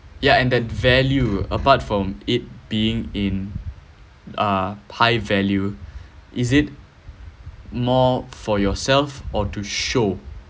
yeah and that value apart from it being in uh pie value is it more for yourself or to show